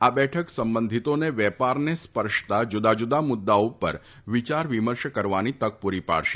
આ બેઠક સંબંધીતોને વેપારને સ્પર્શતા જુદા જુદા મુદ્દાઓ ઉપર વિચાર વિમર્શ કરવાની તક પુરી પાડશે